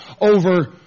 over